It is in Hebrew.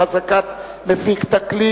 חזקת מפיק תקליט),